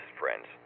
friends